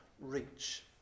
reach